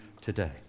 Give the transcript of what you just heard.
Today